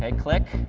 and click.